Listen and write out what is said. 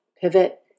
pivot